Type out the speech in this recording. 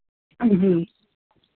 जी